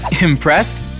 Impressed